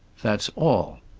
that's all.